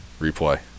Replay